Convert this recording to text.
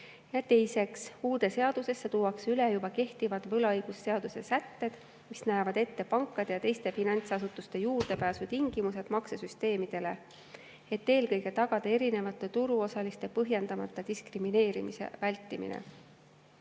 Teiseks, uude seadusesse tuuakse üle juba kehtivad võlaõigusseaduse sätted, mis näevad ette pankade ja teiste finantsasutuste juurdepääsutingimused maksesüsteemidele, et eelkõige tagada erinevate turuosaliste põhjendamata diskrimineerimise vältimine.